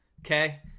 okay